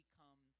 come